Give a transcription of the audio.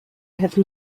have